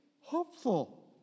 hopeful